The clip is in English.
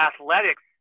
Athletics